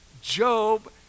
Job